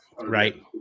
right